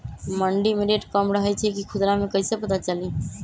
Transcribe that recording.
मंडी मे रेट कम रही छई कि खुदरा मे कैसे पता चली?